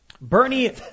Bernie